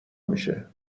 میشه